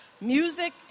music